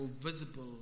visible